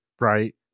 right